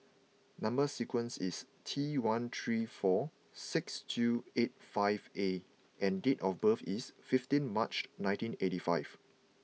number sequence is T one three four six two eight five A and date of birth is fifteenth March nineteen eighty five